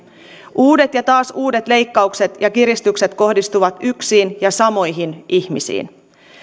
uudet ja taas uudet leikkaukset ja kiristykset kohdistuvat yksiin ja samoihin ihmisiin